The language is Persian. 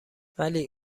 ولی